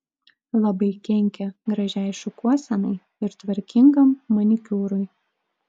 labai kenkia gražiai šukuosenai ir tvarkingam manikiūrui